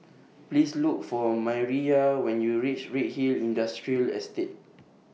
Please Look For Mireya when YOU REACH Redhill Industrial Estate